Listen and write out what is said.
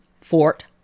Fort